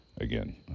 again